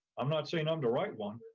i'm not saying i'm the right one,